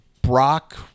Brock